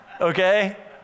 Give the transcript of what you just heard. okay